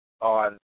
on